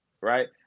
right